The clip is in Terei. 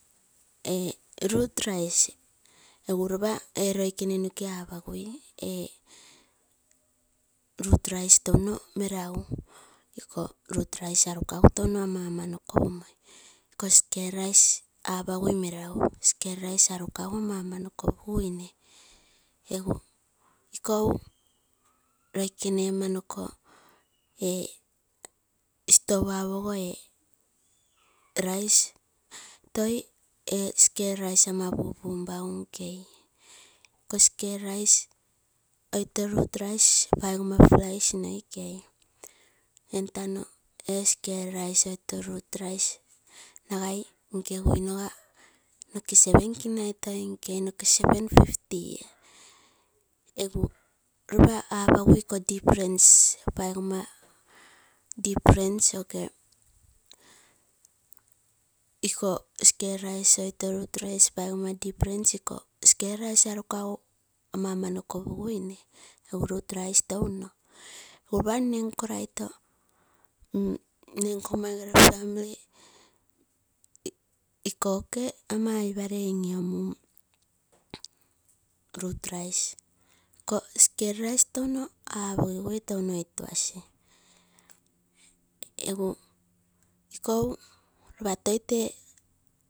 Egu ropa ee loikene noke apagui ee roots rice touno merage roofs rice arukagu touno ama nokopumoi, ikoo skel rice apagui meraga skel rice arukagu ama amanoko paguine. Egu ikou loikene ama nokoo ee store uogoo rice toi ee skel rice ama pupumpagu nkei. Skel rice oito roots rice paigoma price noikei, entano ee skel rice oito roots rice nagai nkegui noga noke toi seven kinai toi nkei oo, seven fifty toea egu ropa apagui paigoma difference iko skel rice anekagu ama noko renreguine. Egu ikoo roots rice touno, egu ropa nne nkoma gere family iko oke ama oipalei in lomung roots rice, iko skel rice toino apogigui iko ama ituasi egu ikou ropa toi tee.